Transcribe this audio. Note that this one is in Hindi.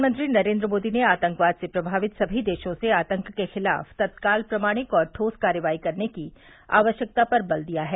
प्रधानमंत्री नरेन्द्र मोदी ने आतंकवाद से प्रभावित सभी देशों से आतंक के खिलाफ तत्काल प्रमाणिक और ठोस कार्रवाई करने की आवश्यकता पर बल दिया है